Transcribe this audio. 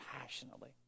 passionately